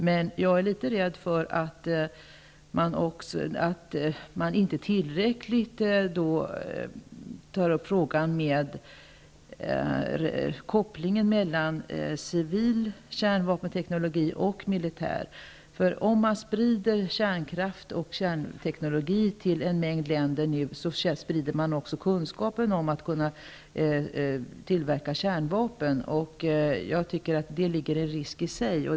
Men jag är litet rädd för att man inte tillräckligt beaktar kopplingen mellan civil och militär kärnvapenteknologi. Sprider man kärnkraft och kärnteknologi till en mängd länder, sprider man också kunskapen om att tillverka kärnvapen. Här finns en risk i sig.